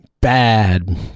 bad